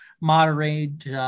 moderate